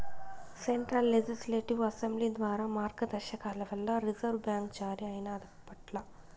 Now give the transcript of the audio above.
central legislative assembly ద్వారా మార్గదర్శకాల వల్ల రిజర్వు బ్యాంక్ జారీ అయినాదప్పట్ల